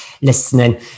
listening